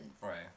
Right